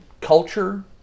culture